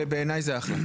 בעיניי זה אחלה.